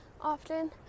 often